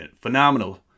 phenomenal